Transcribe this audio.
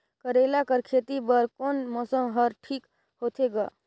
करेला कर खेती बर कोन मौसम हर ठीक होथे ग?